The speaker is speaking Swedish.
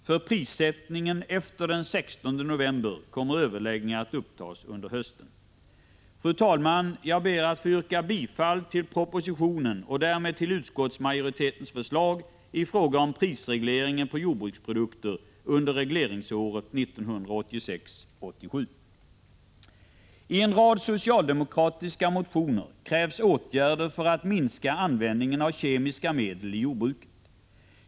För prissättningen efter den 16 november kommer överläggningar att upptas under hösten. Fru talman! Jag ber att få yrka bifall till propositionen och därmed till utskottsmajoritetens förslag i fråga om prisregleringen på jordbruksprodukter under regleringsåret 1986/87. I en rad socialdemokratiska motioner krävs åtgärder för att minska användningen av kemiska medel i jordbruket.